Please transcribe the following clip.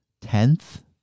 Tenth